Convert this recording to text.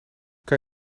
kan